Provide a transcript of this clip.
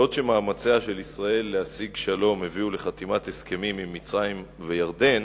בעוד מאמציה של ישראל להשיג שלום הביאו לחתימת הסכמים עם מצרים וירדן,